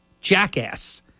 jackass